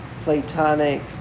Platonic